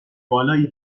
بالایی